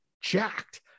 jacked